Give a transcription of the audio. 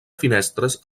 finestres